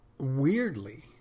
weirdly